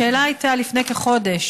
השאלה הייתה לפני כחודש,